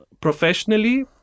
professionally